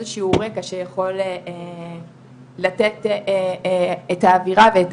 איזשהו רקע שיכול לתת את האווירה ואת